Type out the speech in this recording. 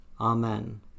Amen